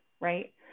right